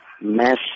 mass